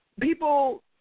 people